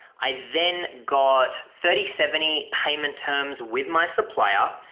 i then got thirty, seventy payment terms with my supplier.